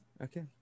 Okay